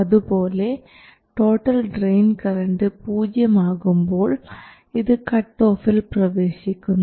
അതുപോലെ total drain current പൂജ്യം ആകുമ്പോൾ ഇത് കട്ട് ഓഫിൽ പ്രവേശിക്കുന്നു